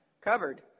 Covered